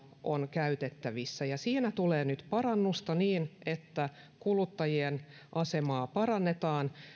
on käytettävissä ja siinä tulee nyt parannusta niin että kuluttajien asemaa parannetaan